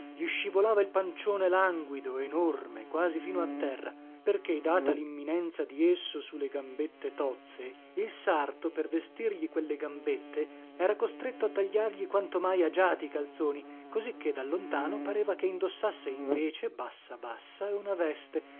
gli scivolava il pancione languido enorme quasi fino a terra perché data limminenza di esso su le gambette tozze il sarto per vestirgli quelle gambette era costretto a tagliargli quanto mai agiati i calzoni cosicché da lontano pareva che indossasse invece bassa bassa una veste